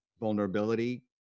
vulnerability